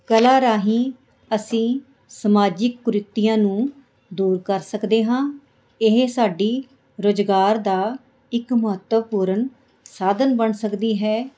ਕਲਾ ਰਾਹੀਂ ਅਸੀਂ ਸਮਾਜਿਕ ਕੁਰੀਤੀਆਂ ਨੂੰ ਦੂਰ ਕਰ ਸਕਦੇ ਹਾਂ ਇਹ ਸਾਡੀ ਰੁਜ਼ਗਾਰ ਦਾ ਇੱਕ ਮਹੱਤਵਪੂਰਨ ਸਾਧਨ ਬਣ ਸਕਦੀ ਹੈ